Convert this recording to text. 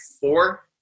Four